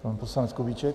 Pan poslanec Kubíček.